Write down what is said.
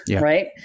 right